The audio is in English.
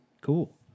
Cool